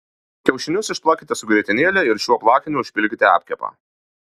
kiaušinius išplakite su grietinėle ir šiuo plakiniu užpilkite apkepą